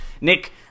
Nick